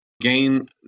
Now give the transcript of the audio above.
gain